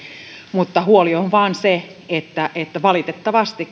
mutta huoli on vain se että että valitettavasti